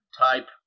type